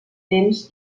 temps